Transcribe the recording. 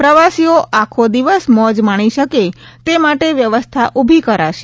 પ્રવાસીઓ આખો દિવસ મોજ માણી શકે તે માટે વ્યવસ્થા ઊભી કરાશે